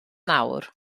nawr